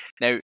Now